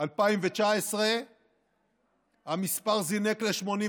2019 המספר זינק ל-89.